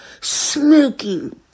smoking